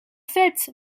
fête